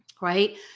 Right